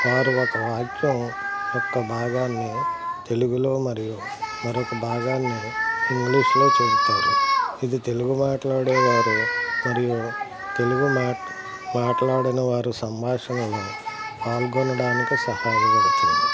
వారు ఒక వాక్యం యొక్క భాగాన్ని తెలుగులో మరియు మరొక భాగాని ఇంగ్షీషులో చెప్తారు ఇది తెలుగు మాట్లాడేవారు మరియు తెలుగు మాట్లాడని వారు సంభాషణలో పాల్గొనడానికి సహాయపడుతుంది